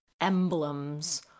Emblems